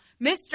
Mr